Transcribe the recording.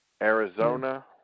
Arizona